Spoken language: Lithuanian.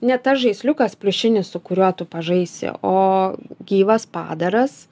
ne tas žaisliukas pliušinis su kuriuo tu pažaisi o gyvas padaras